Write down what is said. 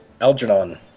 Algernon